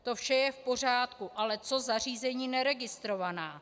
To vše je v pořádku, ale co zařízení neregistrovaná?